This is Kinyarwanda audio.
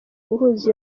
guhuza